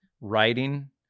writing